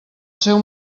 seu